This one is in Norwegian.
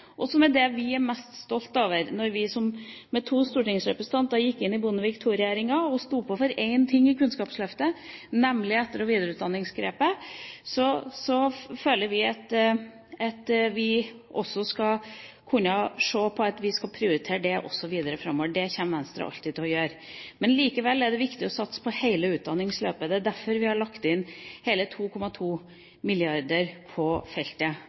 og det er vi mest stolte over. Vi gikk inn med to stortingsrepresentanter i Bondevik II-regjeringen og sto på for én ting i Kunnskapsløftet, nemlig etter- og videreutdanningsgrepet. Så vi føler at vi skal kunne prioritere dette også framover. Det kommer Venstre alltid til å gjøre. Men likevel er det viktig å satse på hele utdanningsløpet. Det er derfor vi har lagt inn hele 2,2 mrd. kr på feltet,